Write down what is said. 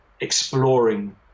exploring